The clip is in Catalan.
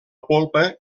polpa